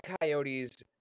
Coyotes